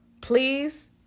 please